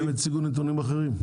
הם הציגו נתונים אחרים.